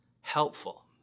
helpful